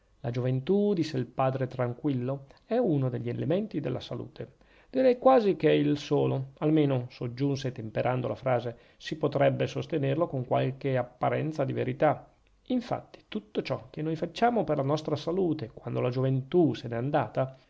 la gioventù disse il padre tranquillo è uno degli elementi della salute direi quasi che è il solo almeno soggiunse temperando la frase si potrebbe sostenerlo con qualche apparenza di verità infatti tutto ciò che noi facciamo per la nostra salute quando la gioventù se n'è andata